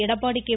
Edappadi K